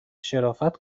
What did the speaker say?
شرافت